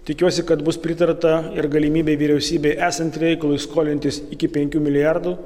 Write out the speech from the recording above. tikiuosi kad bus pritarta ir galimybei vyriausybei esant reikalui skolintis iki penkių milijardų